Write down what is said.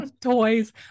toys